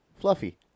Fluffy